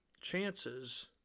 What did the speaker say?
chances